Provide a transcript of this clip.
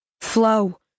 flow